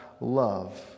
love